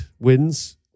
wins